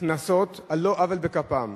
קנסות על לא עוול בכפם.